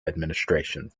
administration